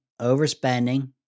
overspending